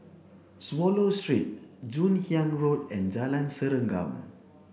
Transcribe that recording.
Swallow Street Joon Hiang Road and Jalan Serengam